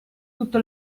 tutto